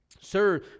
Sir